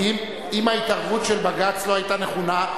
--- אם ההתערבות של בג"ץ לא היתה נכונה,